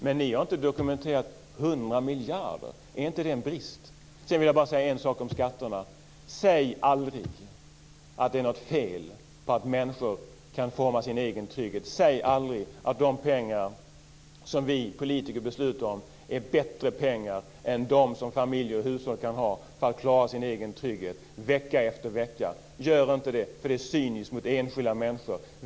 Men ni har inte dokumenterat 100 miljarder. Är inte det en brist? Sedan vill jag bara säga en sak om skatterna. Säg aldrig att det är något fel på att människor kan forma sin egen trygghet. Säg aldrig att de pengar som vi politiker beslutar om är bättre pengar än de som familjer och hushåll kan ha för att klara sin egen trygghet vecka efter vecka. Gör inte det. Det är cyniskt mot enskilda människor.